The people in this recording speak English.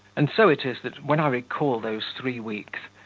and so it is that, when i recall those three weeks,